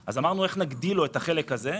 אמרנו: איך נגדיל לו את החלק הזה?